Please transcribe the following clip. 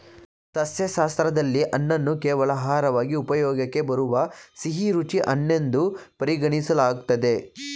ಸಸ್ಯಶಾಸ್ತ್ರದಲ್ಲಿ ಹಣ್ಣನ್ನು ಕೇವಲ ಆಹಾರವಾಗಿ ಉಪಯೋಗಕ್ಕೆ ಬರುವ ಸಿಹಿರುಚಿ ಹಣ್ಣೆನ್ದು ಪರಿಗಣಿಸಲಾಗ್ತದೆ